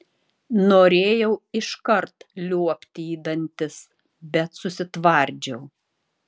norėjau iškart liuobti į dantis bet susitvardžiau